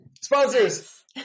Sponsors